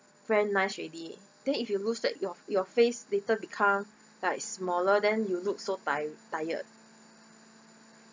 very nice already then if you lose weight your your face later become like smaller then you look so ti~ tired